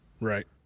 Right